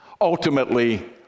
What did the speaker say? Ultimately